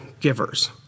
givers